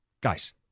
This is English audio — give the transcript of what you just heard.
guys